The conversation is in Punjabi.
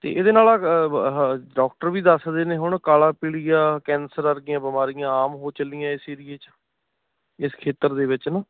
ਇਹਦੇ ਨਾਲ ਡਾਕਟਰ ਵੀ ਦੱਸਦੇ ਨੇ ਹੁਣ ਕਾਲਾ ਪੀਲੀਆ ਕੈਂਸਰ ਵਰਗੀਆਂ ਬਿਮਾਰੀਆਂ ਆਮ ਹੋ ਚੱਲੀਆਂ ਇਸ ਏਰੀਏ 'ਚ ਇਸ ਖੇਤਰ ਦੇ ਵਿੱਚ ਨਾ